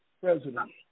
president